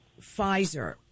Pfizer